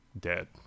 dead